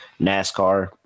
NASCAR